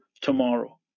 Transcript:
tomorrow